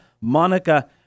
Monica